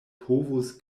povus